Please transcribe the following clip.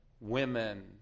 women